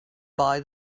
buy